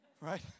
right